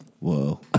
whoa